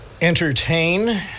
entertain